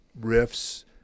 riffs